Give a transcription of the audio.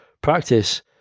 practice